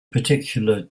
particular